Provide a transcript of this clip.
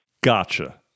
Gotcha